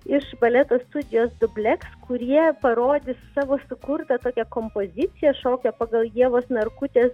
iš baleto studijos dubleks kurie parodys savo sukurtą tokia kompoziciją šokio pagal ievos narkutės